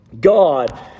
God